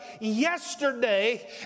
yesterday